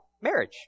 marriage